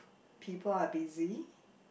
people are busy